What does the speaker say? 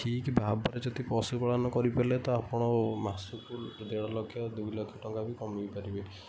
ଠିକ୍ ଭାବରେ ଯଦି ପଶୁ ପାଳନ କରି ପାରିଲେ ତ ଆପଣ ତ ଆପଣ ମାସକୁ ଦେଢ଼ ଲକ୍ଷ ଦୁଇ ଲକ୍ଷ ଟଙ୍କାବି କମେଇ ପାରିବେ